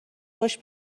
خوش